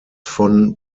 von